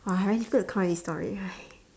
!wah! I really feel the cow in this story